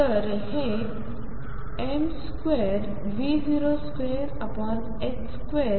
तर हे m2V024